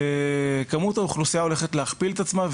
כמות האוכלוסייה הולכת להכפיל את עצמה,